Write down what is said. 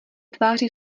tváři